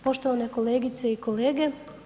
Poštovane kolegice i kolege.